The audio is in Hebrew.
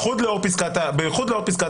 בייחוד לאור פסקת ההגבלה.